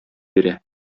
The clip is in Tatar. бирә